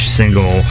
single